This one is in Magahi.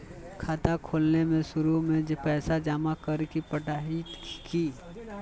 खाता खोले में शुरू में पैसो जमा करे पड़तई की?